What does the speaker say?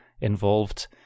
involved